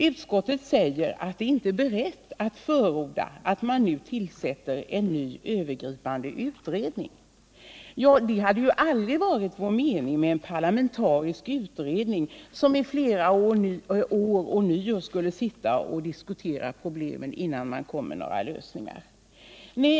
Utskottet säger att det inte är berett att förorda att man nu tillsätter en ny övergripande utredning. Det har aldrig varit vår mening att det skulle tillsättas en parlamentarisk utredning, som i flera år skulle sitta och diskutera problemen, innan det presenteras några lösningar.